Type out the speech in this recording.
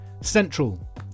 Central